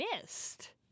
missed